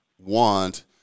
want